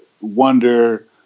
wonder